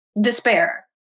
despair